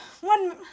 one